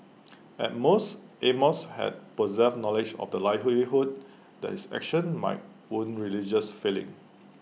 at most amos had possessed knowledge of the likelihood that his actions might wound religious feelings